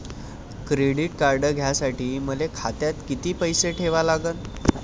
Credit card घ्यासाठी मले खात्यात किती पैसे ठेवा लागन?